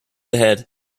ahead